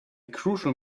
crucial